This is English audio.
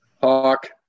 Hawk